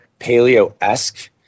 paleo-esque